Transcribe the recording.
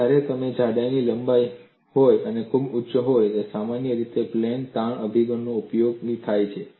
જ્યારે જાડાઈ લાંબી હોય ખૂબ ઉચ્ચ હોય સામાન્ય રીતે પ્લેન તાણ અભિગમનો ઉપયોગ થાય છે